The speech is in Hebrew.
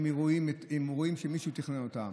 הם אירועים שמישהו תכנן אותם,